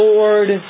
Lord